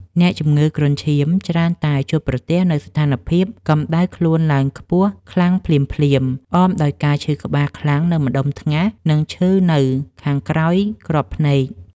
អ្នកជំងឺគ្រុនឈាមច្រើនតែជួបប្រទះនូវស្ថានភាពកម្ដៅខ្លួនឡើងខ្ពស់ខ្លាំងភ្លាមៗ អមដោយការឈឺក្បាលខ្លាំងនៅម្ដុំថ្ងាស និងឈឺនៅខាងក្រោយគ្រាប់ភ្នែក។